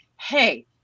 hey